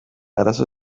arazo